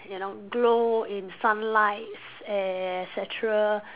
you know glow in sunlight s~ et cetera